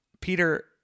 Peter